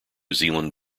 zealand